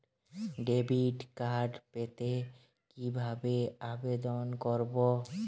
Debit card পেতে কি ভাবে আবেদন করব?